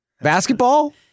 basketball